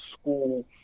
school